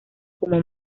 como